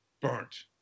burnt